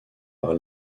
par